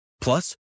Plus